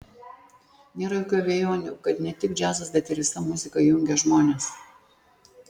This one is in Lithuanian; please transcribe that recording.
nėra jokių abejonių kad ne tik džiazas bet ir visa muzika jungia žmonės